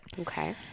Okay